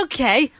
Okay